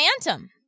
Phantom